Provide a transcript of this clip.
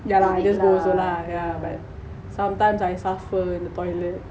yeah lah just go also lah yeah but sometimes I suffer in the toilet